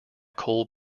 cole